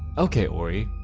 ok, orie,